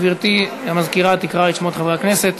גברתי המזכירה תקרא את שמות חברי הכנסת.